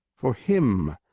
for him,